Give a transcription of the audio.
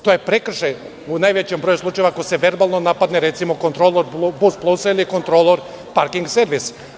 To je prekršaj u najvećem broju slučajeva, ako se verbalno napadne kontrolor BusPlus-a ili kontrolor Parking servisa.